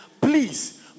please